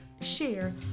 share